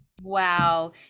wow